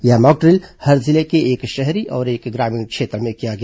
यह मॉकड्रिल हर जिले के एक शहरी और एक ग्रामीण क्षेत्र में किया गया